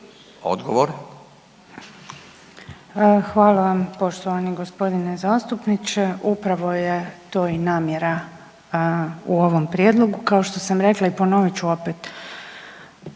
(HDZ)** Hvala vam poštovani gospodine zastupniče, upravo je to i namjera u ovom prijedlogu. Kao što sam rekla i ponovit ću opet,